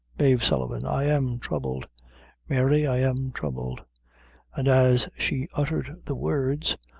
mave sullivan, i am troubled mary, i am troubled and as she uttered the words,